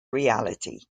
reality